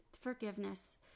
forgiveness